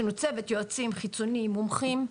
יש לנו צוות יועצים חיצוני עם מומחים,